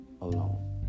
alone